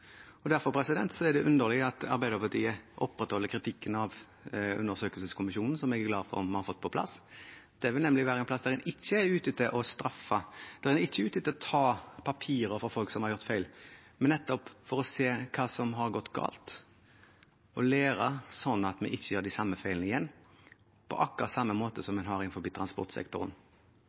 videre. Derfor er det underlig at Arbeiderpartiet opprettholder kritikken av undersøkelseskommisjonen, som jeg er glad for at vi har fått på plass. Det vil nemlig være en plass der en ikke er ute etter å straffe, der en ikke er ute etter å ta papirer fra folk som har gjort feil, men nettopp der en vil se hva som har gått galt, og lære, slik at vi ikke gjør de samme feilene igjen, på akkurat samme måte som innen transportsektoren.